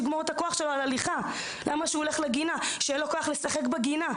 יגמור את הכוח שלו על הליכה ושהוא יוכל לשחק בגינה.